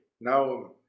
now